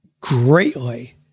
greatly